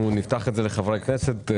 אנחנו נפתח את הנושא לחברי הכנסת.